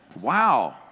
Wow